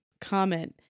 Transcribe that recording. comment